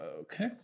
Okay